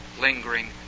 lingering